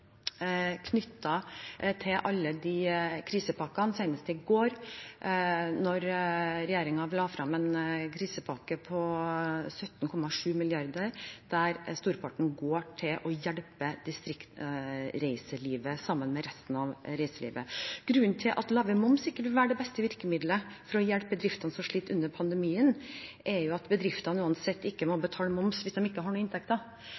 til alle krisepakkene – senest i går, da regjeringen la frem en krisepakke på 17,7 mrd. kr, der storparten går til å hjelpe distriktsreiselivet, sammen med resten av reiselivet. Grunnen til at lavere moms ikke vil være det beste virkemidlet for å hjelpe bedriftene som sliter under pandemien, er at bedriftene uansett ikke må betale moms hvis de ikke har inntekter.